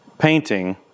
Painting